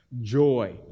joy